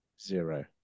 Zero